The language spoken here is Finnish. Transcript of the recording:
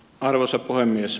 arvoisa puhemies